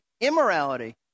immorality